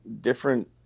different